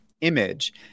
image